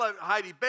Heidi